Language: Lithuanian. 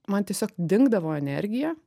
man tiesiog dingdavo energija